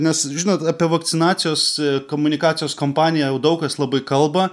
nes žinot apie vakcinacijos komunikacijos kampaniją jau daug kas labai kalba